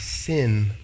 Sin